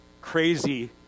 crazy